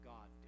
God